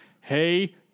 Hey